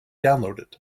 downloaded